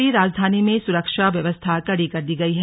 राष्ट्रीय राजधानी में सुरक्षा व्यवस्था कड़ी कर दी गई है